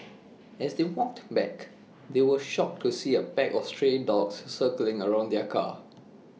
as they walked back they were shocked to see A pack of stray dogs circling around their car